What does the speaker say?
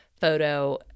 photo